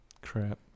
Crap